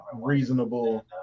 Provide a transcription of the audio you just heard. reasonable